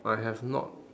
I have not